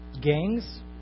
Gangs